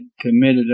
committed